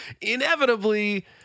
inevitably